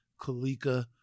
Kalika